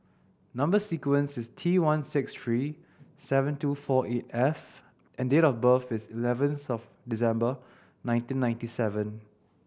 number sequence is T one six three seven two four eight F and date of birth is eleventh of December nineteen ninety seven